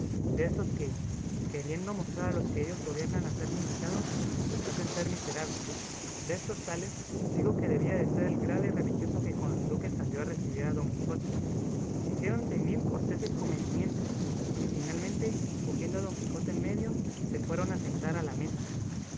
ánimos destos que queriendo mostrar a los que ellos gobiernan a ser limitados les hacen ser miserables destos tales digo que debía de ser el grave religioso que con los duques salió a recebir a don quijote hiciéronse mil corteses comedimientos y finalmente cogiendo a don quijote en medio se fueron a sentar a la mesa